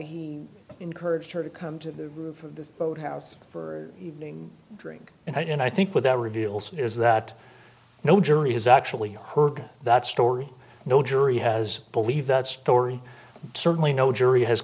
he encouraged her to come to the roof of the boat house for evening drink and i think with that reveals is that no jury has actually heard that story no jury has believe that story certainly no jury has